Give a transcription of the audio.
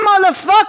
motherfucker